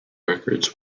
records